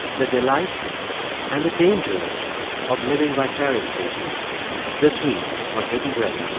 the delights and the dangers of living vicariously this week on hidden brain